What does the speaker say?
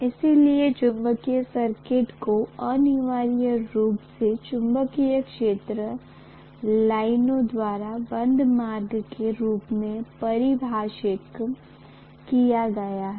इसलिए चुंबकीय सर्किट को अनिवार्य रूप से चुंबकीय क्षेत्र लाइनों द्वारा बंद मार्ग के रूप में परिभाषित किया गया है